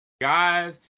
Guys